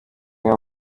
umwe